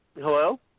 Hello